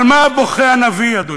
על מה בוכה הנביא, אדוני?